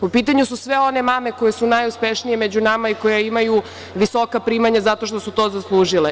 U pitanju su sve one mame koje su najuspešnije među nama i koje imaju visoka primanja, zato što su to zaslužile.